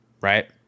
right